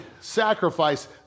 sacrifice